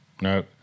No